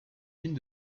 unes